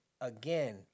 again